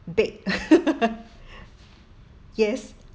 bake yes